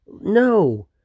No